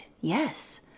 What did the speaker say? yes